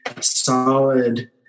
solid